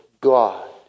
God